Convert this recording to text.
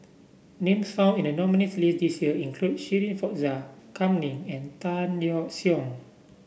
names found in the nominees' list this year include Shirin Fozdar Kam Ning and Tan Yeok Seong